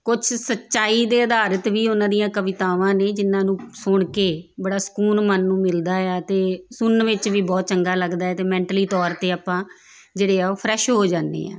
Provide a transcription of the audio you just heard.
ਕੁਛ ਸੱਚਾਈ ਦੇ ਆਧਾਰਤ ਵੀ ਉਹਨਾਂ ਦੀਆਂ ਕਵਿਤਾਵਾਂ ਨੇ ਜਿਨ੍ਹਾਂ ਨੂੰ ਸੁਣ ਕੇ ਬੜਾ ਸਕੂਨ ਮਨ ਨੂੰ ਮਿਲਦਾ ਆ ਅਤੇ ਸੁਣਨ ਵਿੱਚ ਵੀ ਬਹੁਤ ਚੰਗਾ ਲੱਗਦਾ ਅਤੇ ਮੈਂਟਲੀ ਤੌਰ 'ਤੇ ਆਪਾਂ ਜਿਹੜੇ ਆ ਉਹ ਫਰੈਸ਼ ਹੋ ਜਾਂਦੇ ਹਾਂ